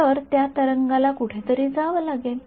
तर त्या तरंगाला कुठेतरी जावं लागेल